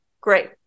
Great